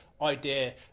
idea